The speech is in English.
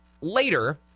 later